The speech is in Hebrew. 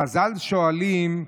חז"ל שואלים: